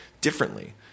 differently